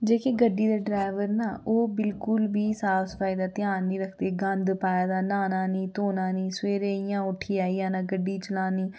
जेह्के गड्डी दे ड्ररैवर ना ओह् बिलकुल बी साफ सफाई दा ध्यान नी रक्खदे गंद पाए दा न्हाना नी धोना नी सवेरे इ'यां उट्ठियै आई जाना गड्डी चलानी